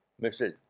message